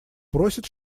просят